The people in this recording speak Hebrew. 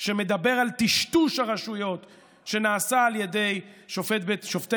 שמדבר על טשטוש הרשויות שנעשה על ידי שופטי